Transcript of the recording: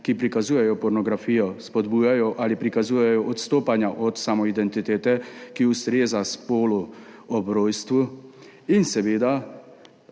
ki prikazujejo pornografijo, spodbujajo ali prikazujejo odstopanja od samoidentitete, ki ustreza spolu ob rojstvu, in seveda